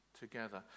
together